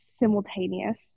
simultaneous